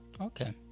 Okay